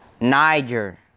Niger